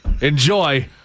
enjoy